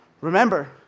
remember